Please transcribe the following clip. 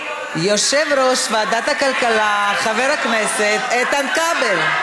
יושב-ראש ועדת הכלכלה חבר הכנסת איתן כבל.